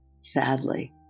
sadly